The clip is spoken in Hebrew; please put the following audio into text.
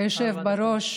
היושב בראש,